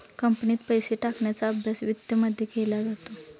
कंपनीत पैसे टाकण्याचा अभ्यास वित्तमध्ये केला जातो